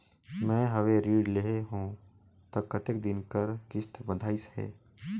मैं हवे ऋण लेहे हों त कतेक दिन कर किस्त बंधाइस हे?